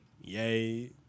Yay